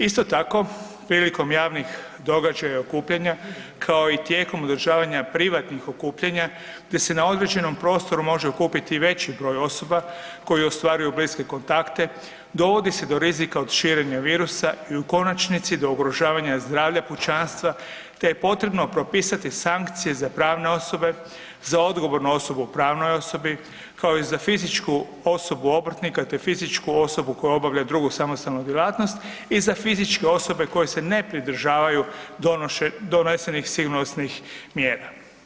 Isto tako, prilikom javnih događaja i okupljanja, kao i tijekom održavanja privatnih okupljanja, gdje se na određenom prostoru može okupiti i veći broj osoba, koji ostvaruju bliske kontakte, dovodi se do rizika od širenja virusa i u konačnici, do ugrožavanja zdravlja pučanstva te je potrebno propisati sankcije za pravne osobe, za odgovorne osobe u pravnoj osobi, kao i za fizičku osobu obrtnika te fizičku osobu koja obavlja drugu samostalnu djelatnost i za fizičke osobe koje se ne pridržavaju donesenih sigurnosnih mjera.